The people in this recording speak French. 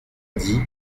dit